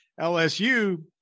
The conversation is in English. LSU